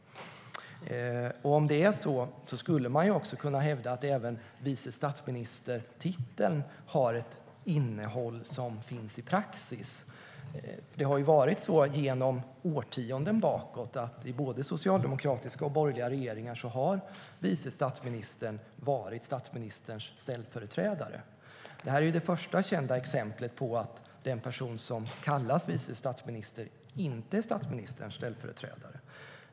Om det är så skulle man också kunna hävda att titeln vice statsminister har ett innehåll som finns i praxis. I både socialdemokratiska och borgerliga regeringar genom årtionden bakåt har ju vice statsministern varit statsministerns ställföreträdare. Det här är det första kända exemplet på att den person som kallas vice statsminister inte är statsministerns ställföreträdare.